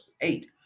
eight